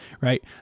right